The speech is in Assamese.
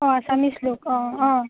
অঁ আছামিছ লুক অঁ অঁ